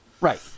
Right